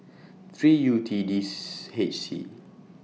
three U T dis H C